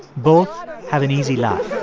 both have an easy laugh